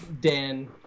Dan